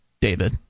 david